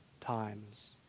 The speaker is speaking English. times